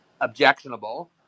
objectionable